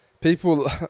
people